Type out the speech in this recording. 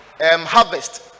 harvest